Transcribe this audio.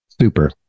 Super